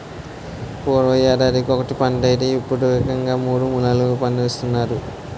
పూర్వం యేడాదికొకటే పంటైతే యిప్పుడేకంగా మూడూ, నాలుగూ పండిస్తున్నారు